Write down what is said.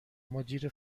مدیر